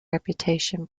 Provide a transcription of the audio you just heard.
reputation